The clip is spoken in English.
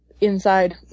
inside